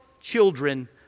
children